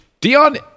Dion